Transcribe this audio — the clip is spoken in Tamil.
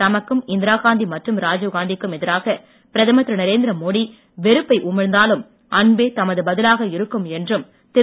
தமக்கும் இந்திரா காந்தி மற்றும் ராஜீவ் காந்தி க்கும் எதிராக பிரதமர் திரு நரேந்திர மோடி வெறுப்பை உமிழ்ந்தாலும் அன்பே தமது பதிலாக இருக்கும் என்றும் திரு